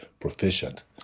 proficient